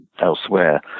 elsewhere